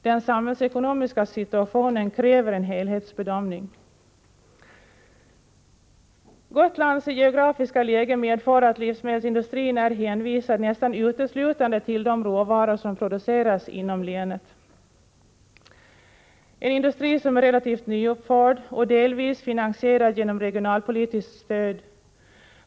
Den samhällsekonomiska situationen kräver en helhetsbedömning. Gotlands geografiska läge medför att livsmedelsindustrin är hänvisad nästan uteslutande till de råvaror som produceras inom länet. Industrin är relativt nyuppförd och delvis finansierad genom regionalpolitiskt stöd.